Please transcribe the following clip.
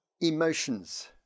emotions